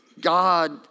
God